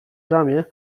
ramię